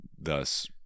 thus